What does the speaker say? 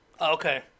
Okay